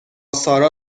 سارا